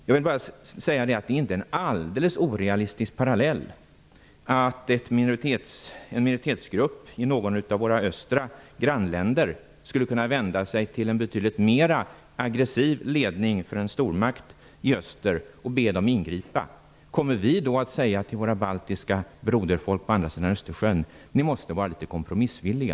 Jag vill bara säga att det inte är en alldeles orealistisk parallell att en minoritetsgrupp i något av våra östra grannländer skulle kunna vända sig till en betydligt mera aggressiv ledning för en stormakt i öster och be den ingripa. Kommer vi då att säga till våra baltiska broderfolk på andra sidan Östersjön: Ni måste vara litet kompromissvilliga!